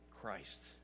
Christ